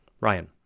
Ryan